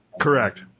Correct